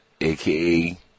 aka